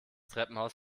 treppenhaus